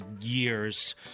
years